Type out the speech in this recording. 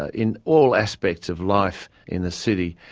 ah in all aspects of life in the city.